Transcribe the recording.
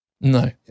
No